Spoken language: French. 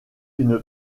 une